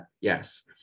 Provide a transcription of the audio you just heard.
yes